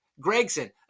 Gregson